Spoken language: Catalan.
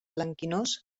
blanquinós